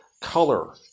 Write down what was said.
color